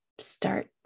start